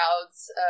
crowds